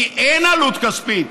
כי אין עלות כספית,